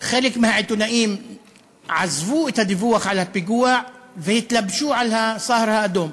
חלק מהעיתונאים עזבו את הדיווח על הפיגוע והתלבשו על "הסהר האדום"